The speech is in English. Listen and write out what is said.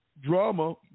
drama